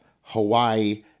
Hawaii